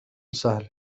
سهل